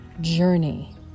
journey